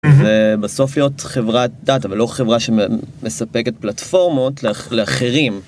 ובסוף להיות חברת דת, אבל לא חברה שמספקת פלטפורמות לאחרים.